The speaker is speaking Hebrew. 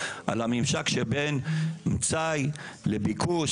על הממשק שבין מצאי לביקוש,